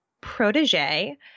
protege